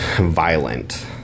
violent